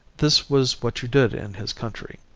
this was what you did in his country.